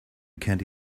candy